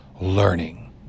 learning